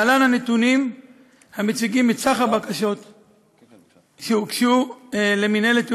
להלן הנתונים המציגים את סך הבקשות שהוגשו למינהלת תיאום